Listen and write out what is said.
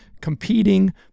competing